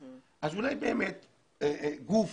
אז אולי באמת גוף